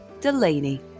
delaney